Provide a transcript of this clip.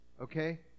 Okay